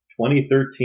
2013